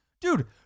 dude